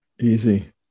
Easy